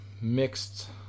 mixed